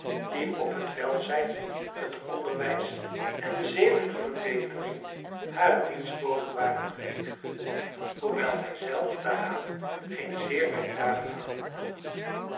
die op het welzijn het onderwijs en de zedelijke verbetering harer dienstboden waren gericht hoewel hij zelf daaraan geen zeer werkdadig aandeel nam